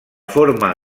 forma